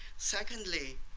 secondly,